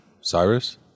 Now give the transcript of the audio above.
Cyrus